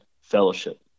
fellowship